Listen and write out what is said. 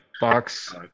box